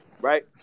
right